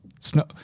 Snow